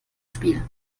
spiel